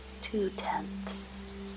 two-tenths